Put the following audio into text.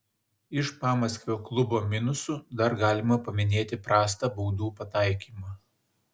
iš pamaskvio klubo minusų dar galima paminėti prastą baudų pataikymą